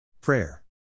Prayer